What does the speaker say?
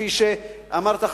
כפי שאמרת,